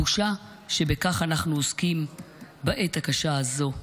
בושה שבכך אנחנו עוסקים בעת הקשה הזו.